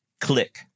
Click